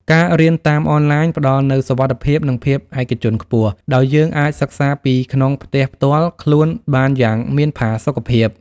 ការរៀនតាមអនឡាញផ្ដល់នូវសុវត្ថិភាព និងភាពឯកជនខ្ពស់ ដោយយើងអាចសិក្សាពីក្នុងផ្ទះផ្ទាល់ខ្លួនបានយ៉ាងមានផាសុកភាព។